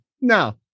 No